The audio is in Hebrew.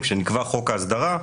כשנקבע חוק ההסדרה,